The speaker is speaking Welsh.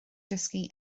dysgu